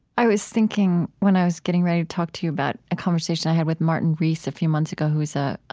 i was thinking when i was getting ready to talk to you about a conversation i had with martin rees a few months ago, who was a